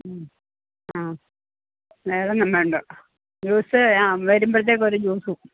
ആ വേറൊന്നും വേണ്ട ജ്യൂസ് ആ വരുമ്പോഴത്തേക്കൊരു ജ്യൂസും